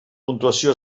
puntuació